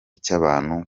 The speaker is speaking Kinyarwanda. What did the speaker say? cy’abantu